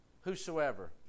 Whosoever